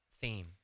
theme